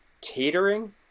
catering